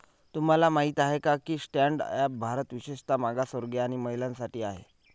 तुम्हाला माहित आहे का की स्टँड अप भारत विशेषतः मागासवर्गीय आणि महिलांसाठी आहे